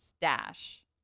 Stash